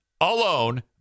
alone